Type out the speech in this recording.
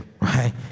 right